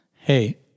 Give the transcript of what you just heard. hey